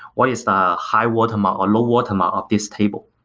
what is the high watermark or low watermark of this table?